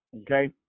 Okay